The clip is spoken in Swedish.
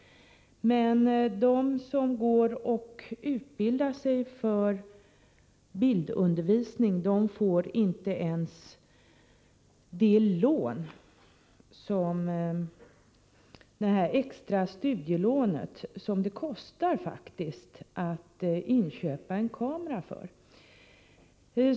Men de som deltar i bildundervisningen får inte ens det extra studielån som faktiskt behövs för att eleverna skall kunna köpa en kamera.